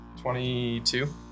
22